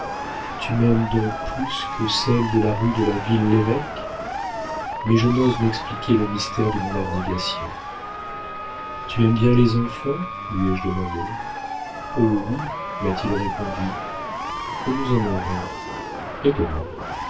tu m'aimes donc plus que celle de la rue de la ville lévêque mais je n'ose m'expliquer le mystère de mon abnégation tu aimes bien les enfants lui ai-je demandé oh oui m'a-t-il répondu mais nous en aurons et comment